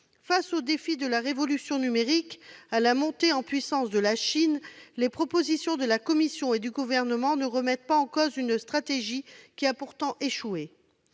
Face aux défis de la révolution numérique, à la montée en puissance de la Chine, les propositions de la Commission et du Gouvernement ne remettent pas en cause une stratégie qui a pourtant échoué.